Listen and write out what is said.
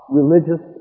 religious